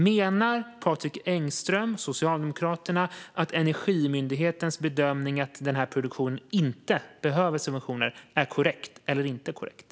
Menar Patrik Engström och Socialdemokraterna att Energimyndighetens bedömning - att den här produktionen inte behöver subventioner - är korrekt eller inte korrekt?